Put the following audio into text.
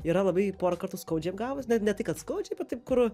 yra labai porą kartų skaudžiai apgavus ne ne tai kad skaudžiai bet taip kur